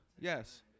Yes